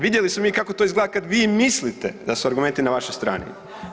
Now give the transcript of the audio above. Vidjeli smo mi kako to izgleda kada vi mislite da su argumenti na vašoj strani.